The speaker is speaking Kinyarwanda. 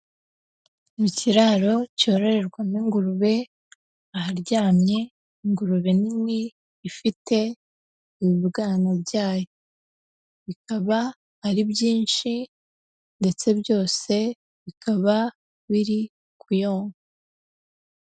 Mu kiraro cyororerwamo ingurube aharyamye ingurube nini ifite ibibwana byayo bikaba ari byinshi ndetse byose bikaba biri kuyonka.